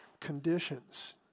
conditions